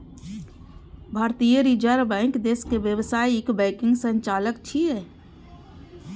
भारतीय reserve bank देशक व्यावसायिक बैंकक संचालक छियै